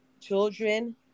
children